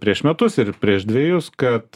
prieš metus ir prieš dvejus kad